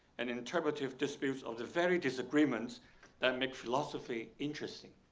and interpretive disputes of the very disagreements that make philosophy interesting.